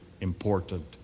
important